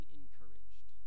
encouraged